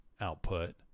output